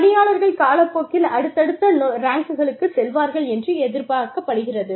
பணியாளர்கள் காலப்போக்கில் அடுத்தடுத்த ரேங்க்குக்கு செல்வார்கள் என்று எதிர்பார்க்கப்படுகிறது